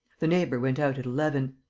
the neighbour went out at eleven.